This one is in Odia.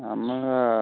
ଆମର